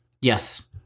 Yes